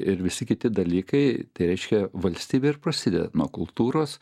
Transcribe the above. ir visi kiti dalykai tai reiškia valstybė ir prasideda nuo kultūros